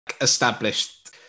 established